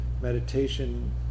meditation